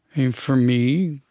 and for me,